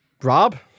Rob